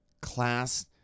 Class